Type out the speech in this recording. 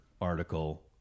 article